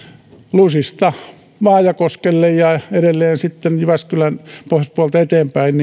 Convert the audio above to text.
lusista vaajakoskelle ja edelleen jyväskylän pohjoispuolelta eteenpäin